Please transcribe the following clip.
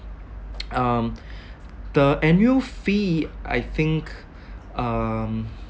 um the annual fee I think um